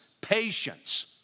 patience